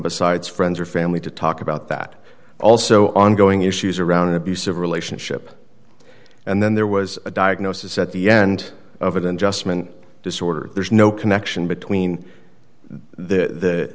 friends or family to talk about that also ongoing issues around an abusive relationship and then there was a diagnosis at the end of it than just men disorder there's no connection between the the